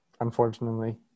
Unfortunately